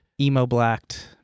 emo-blacked